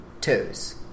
toes